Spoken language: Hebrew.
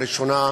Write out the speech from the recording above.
הראשונה,